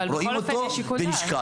אבל בכל אופן יש שיקול דעת.